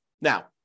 Now